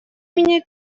меня